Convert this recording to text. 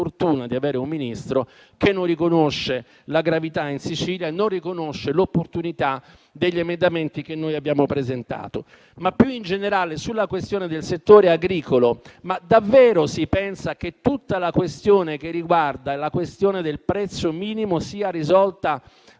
la sfortuna di avere un Ministro che non riconosce la gravità della situazione in Sicilia e non riconosce l'opportunità degli emendamenti che abbiamo presentato. Più in generale, sulla questione del settore agricolo, davvero si pensa che tutta la questione del prezzo minimo sia risolta